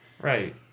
Right